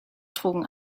trugen